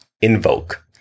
Invoke